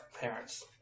parents